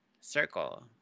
circle